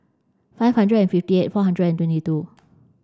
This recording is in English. five hundred and fifty eight four hundred and twenty two